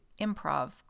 improv